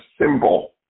symbol